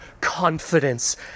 confidence